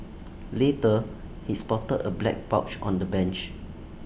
later he spotted A black pouch on the bench